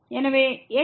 எனவே x 0 y 1